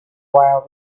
while